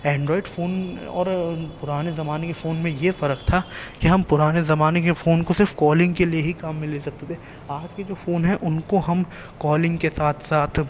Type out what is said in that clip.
Android phone اور پرانے زمانے کے فون میں یہ فرق تھا کہ ہم پرانے زمانے کے فون کو صرف کالنگ کے لیے ہی کام میں لے سکتے تھے آج کے جو فون ہیں ان کو ہم کالنگ کے ساتھ ساتھ